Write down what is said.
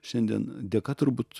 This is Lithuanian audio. šiandien dėka turbūt